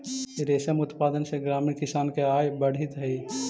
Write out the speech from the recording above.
रेशम उत्पादन से ग्रामीण किसान के आय बढ़ित हइ